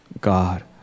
God